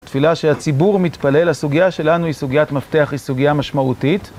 תפילה שהציבור מתפלל, הסוגיה שלנו היא סוגיית מפתח, היא סוגיה משמעותית.